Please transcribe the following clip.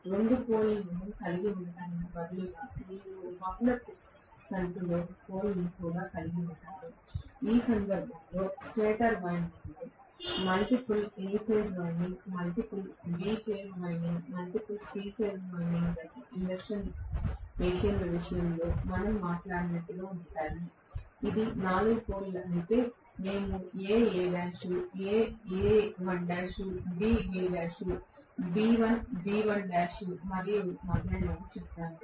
రెండు పోల్ లను కలిగి ఉండటానికి బదులుగా నేను బహుళ సంఖ్యలో పోల్ లను కూడా కలిగి ఉంటాను ఈ సందర్భంలో స్టేటర్ వైండింగ్లో multiple A phase winding multiple B phase winding multiple C phase winding induction machine విషయంలో మనం మాట్లాడినట్లుగా ఉంటాయి ఇది 4 పోల్ అయితే మేము A Al A1 A1l B Bl B1 B1l మరియు మొదలైనవి చెప్పాము